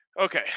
Okay